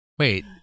Wait